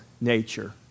nature